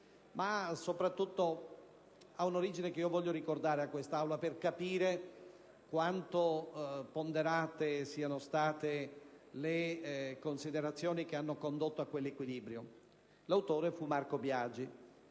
ma soprattutto ha un'origine che voglio ricordare all'Aula per capire quanto ponderate siano state le considerazioni che hanno condotto a quell'equilibrio. L'autore fu Marco Biagi,